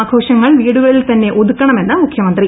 ആഘോഷങ്ങൾ വീടുകളിൽ തന്നെ ഒതുക്കണമെന്ന് മുഖ്യമ്ത്രന്തി